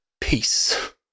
peace